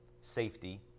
safety